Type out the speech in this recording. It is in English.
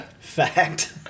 Fact